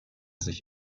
sich